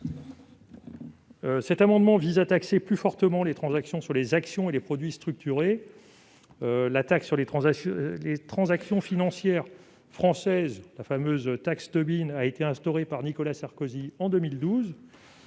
Cet amendement vise à taxer plus fortement les transactions sur les actions et les produits structurés. La taxe sur les transactions financières française, dite « taxe Tobin », a été instaurée par Nicolas Sarkozy en 2012.